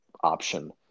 option